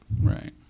Right